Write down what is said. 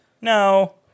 no